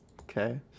Okay